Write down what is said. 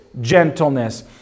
gentleness